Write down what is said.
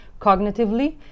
cognitively